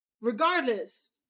regardless